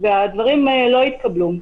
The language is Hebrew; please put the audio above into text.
והדברים לא התקבלו.